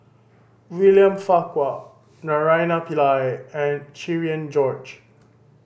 William Farquhar Naraina Pillai and Cherian George